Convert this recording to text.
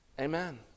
Amen